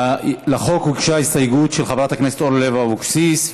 לחוק הוגשה הסתייגות של חברת הכנסת אורלי לוי אבקסיס.